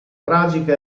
tragica